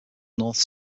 north